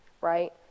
right